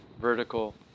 vertical